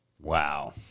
wow